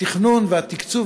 התכנון והתקצוב,